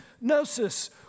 gnosis